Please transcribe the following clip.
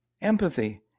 Empathy